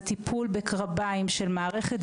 זה טיפול בקרביים של מערכת.